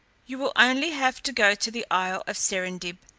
you will only have to go to the isle of serendib,